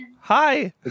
Hi